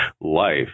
life